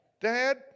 Dad